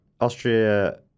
Austria